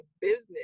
business